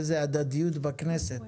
איזו הדדיות בכנסת.